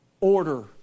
order